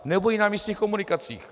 Nebo i na místních komunikacích.